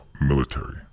military